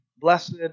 Blessed